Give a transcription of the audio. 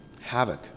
havoc